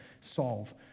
solve